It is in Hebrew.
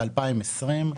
בשנת 2020,